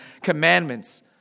Commandments